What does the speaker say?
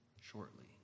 shortly